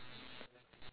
there's shopping right